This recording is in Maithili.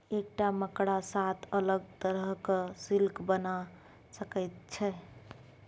एकटा मकड़ा सात अलग तरहक सिल्क बना सकैत छै